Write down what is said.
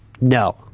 no